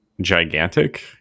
gigantic